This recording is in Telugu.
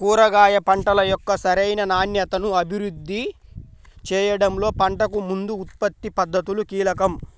కూరగాయ పంటల యొక్క సరైన నాణ్యతను అభివృద్ధి చేయడంలో పంటకు ముందు ఉత్పత్తి పద్ధతులు కీలకం